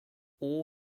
all